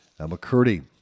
McCurdy